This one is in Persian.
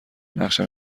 نقشم